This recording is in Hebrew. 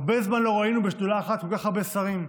הרבה זמן לא ראינו בשדולה אחת כל כך הרבה שרים,